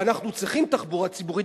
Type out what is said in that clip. ואנחנו צריכים תחבורה ציבורית,